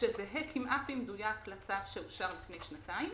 שזהה כמעט במדויק לצו שאושר לפני שנתיים